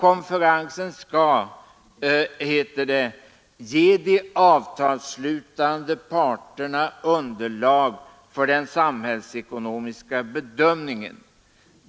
Konferensen skall, heter det, ge de avtalsslutande parterna underlag för den samhällsekonomiska bedömningen.